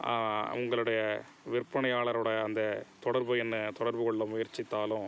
உங்களோடய விற்பனையாளரோடய அந்த தொடர்பு எண்ணை தொடர்புகொள்ள முயற்சித்தாலும்